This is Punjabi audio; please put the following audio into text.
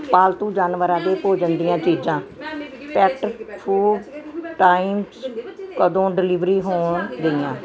ਪਾਲਤੂ ਜਾਨਵਰਾਂ ਦੇ ਭੋਜਨ ਦੀਆਂ ਚੀਜ਼ਾਂ ਪੈਕਡ ਫੂਡ ਟਾਈਮਜ਼ ਕਦੋ ਡਿਲੀਵਰ ਹੋਣ ਗਈਆਂ